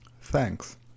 Thanks